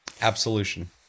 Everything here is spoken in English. Absolution